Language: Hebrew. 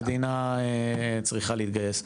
המדינה צריכה להתגייס.